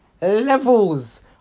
levels